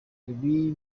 ibi